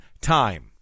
time